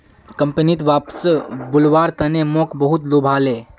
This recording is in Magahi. कंपनीत वापस बुलव्वार तने मोक बहुत लुभाले